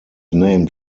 named